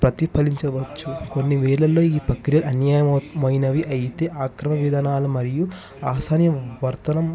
ప్రతిపలించవచ్చు కొన్ని వేలల్లో ఈ ప్రక్రియ అన్యాయం అయినవి అయితే ఆక్రమ విధానాలు మరియు ఆశయం వర్ధనం